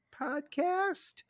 podcast